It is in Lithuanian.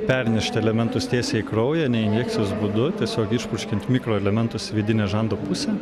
pernešti elementus tiesiai į kraują ne injekcijos būdu tiesiog išpurškiant mikroelementus į vidinę žando pusę